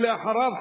ואחריו,